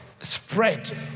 spread